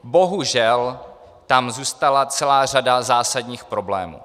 Bohužel tam zůstala celá řada zásadních problémů.